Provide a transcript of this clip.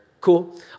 Cool